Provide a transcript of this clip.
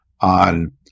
on